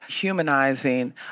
humanizing